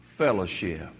fellowship